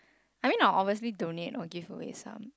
I mean I would obviously donate or give away some